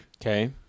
Okay